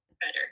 Better